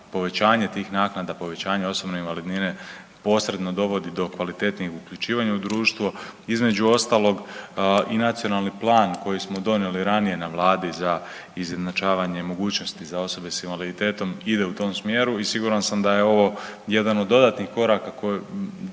povećanje tih naknada, povećanje osobne invalidnine posredno dovodi do kvalitetnijeg uključivanja u društvo. Između ostalog i nacionalni plan koji smo donijeli ranije na Vladi za izjednačavanje mogućnosti za osobe sa invaliditetom ide u tom smjeru i siguran sam da je ovo jedan od dodatnih koraka,